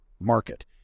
market